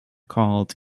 called